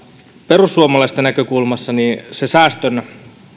perussuomalaisten näkökulmasta sen säästön